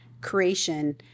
creation